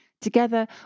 Together